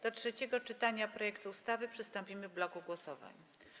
Do trzeciego czytania projektu przystąpimy w bloku głosowań.